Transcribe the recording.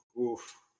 Oof